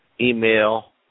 email